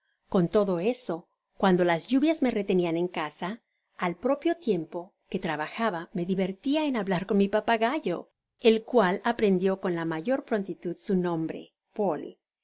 con todo eso cuando las lluvias me retenian en casa al propio tiempo que trabajaba me divertia en hablar con mi papagayo el cual aprendió con la mayor prontitud su nombre